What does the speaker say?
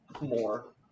more